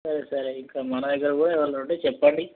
సరే సరే ఇంకా మన దగ్గర కూడా ఎవలన్నా ఉంటే చెప్పండి